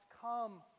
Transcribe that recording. come